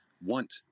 want